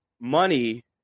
Money